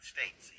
States